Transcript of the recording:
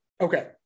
Okay